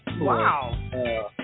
Wow